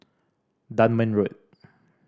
Dunman Road